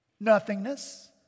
nothingness